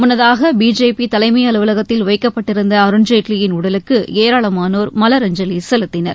முன்னதாக பிஜேபி தலைமை அலுவலகத்தில் வைக்கப்பட்டிருந்த அருண்ஜேட்லியின் உடலுக்கு ஏராளமானோர் மலரஞ்சலி செலுத்தினர்